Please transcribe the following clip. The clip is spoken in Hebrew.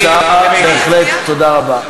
הצעה בהחלט, תודה רבה.